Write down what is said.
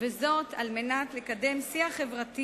חברי חברי